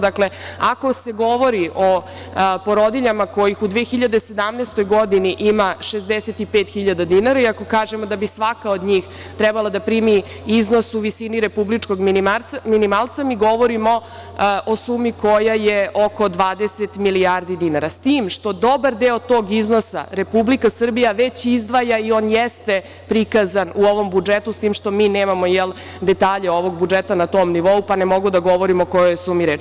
Dakle, ako se govori o porodiljama kojih u 2017. godini ima 65.000 i ako kažemo da bi svaka od njih trebalo da primi iznos u visini republičkog minimalca, mi govorimo o sumi koja je oko 20 milijardi dinara, s tim što dobar deo tog iznosa Republika Srbija već izdvaja i on jeste prikazan u ovom budžetu, s tim što mi nemamo detalje ovog budžeta na tom nivou, pa ne mogu da govorim o kojoj sumi je reč.